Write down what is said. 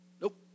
Nope